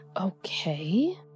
Okay